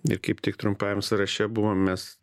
ir kaip tik trumpajam sąraše buvom mes